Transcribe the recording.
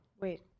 Wait